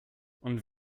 und